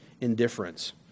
indifference